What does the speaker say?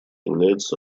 является